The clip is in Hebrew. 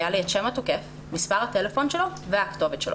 היה לי את שם התוקף, מספר הטלפון שלו והכתובת שלו.